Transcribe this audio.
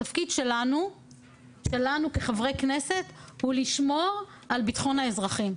התפקיד שלנו כחברי כנסת הוא לשמור על ביטחון האזרחים.